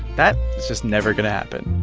but just never going to happen